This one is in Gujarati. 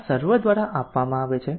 આ સર્વર દ્વારા આપવામાં આવે છે